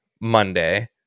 Monday